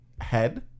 head